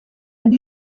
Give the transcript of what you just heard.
and